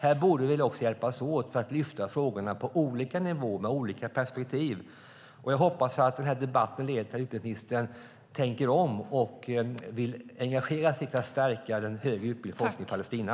Här borde vi hjälpas åt för att lyfta frågorna på olika nivåer med olika perspektiv. Jag hoppas att den här debatten leder till att utbildningsministern tänker om och vill engagera sig för att stärka den högre utbildningen och forskningen i Palestina.